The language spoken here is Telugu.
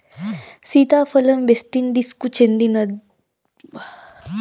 సీతాఫలం వెస్టిండీస్కు చెందినదని అంటారు, ఇవి మాగినప్పుడు శ్యానా రుచిగా ఉంటాయి